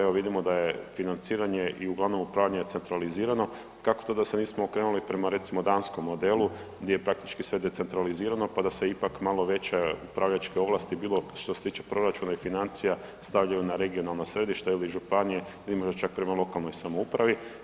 Evo vidimo da je financiranje i uglavnom upravljanje centralizirano, kako to da se nismo okrenuli prema recimo danskom modelu gdje je praktički sve decentralizirano, pa da se ipak malo veće upravljačke ovlasti bilo što se tiče proračuna i financija stavljaju na regionalna središta ili županije … [[Govornik se ne razumije]] čak prema lokalnoj samoupravi?